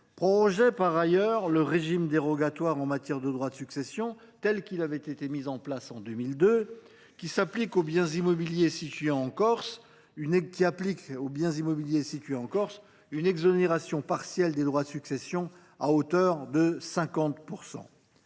prorogeait par ailleurs le régime dérogatoire en matière de droits de succession, mis en place en 2002, qui applique aux biens immobiliers situés en Corse une exonération partielle des droits de succession à hauteur de 50 %.